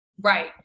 Right